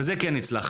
בזה כן הצלחנו.